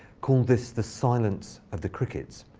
called this the silence of the crickets.